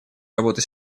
работы